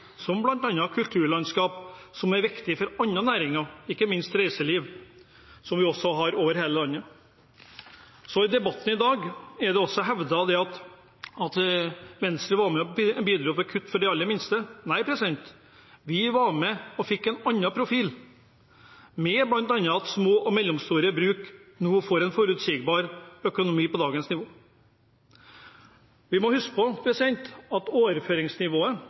som bl.a. kulturlandskap, som er viktig for andre næringer, ikke minst reiseliv, som vi også har over hele landet. I debatten i dag er det hevdet at Venstre var med på å bidra til kutt for de aller minste. Nei, vi var med på å få til en annen profil – bl.a. slik at små og mellomstore bruk nå får en forutsigbar økonomi, på dagens nivå. Vi må huske at overføringsnivået